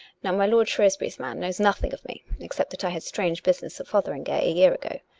now, my lord shrewsbury's man knows nothing of me except that i had strange business at fotheringay a year ago.